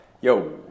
Yo